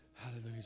Hallelujah